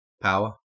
Power